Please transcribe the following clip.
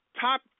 top